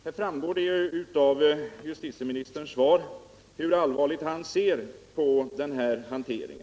Det framgår av justitieministerns svar hur allvarligt han ser på denna hantering.